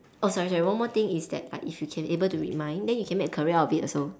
oh sorry sorry one more thing is that uh if you can able to read mind then you can make a career out of it also